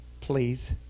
please